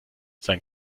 sein